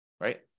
right